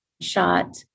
shot